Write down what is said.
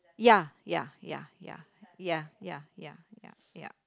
ya ya ya ya ya ya ya ya ya